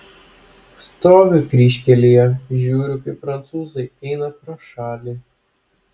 stoviu kryžkelėje žiūriu kaip prancūzai eina pro šalį